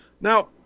Now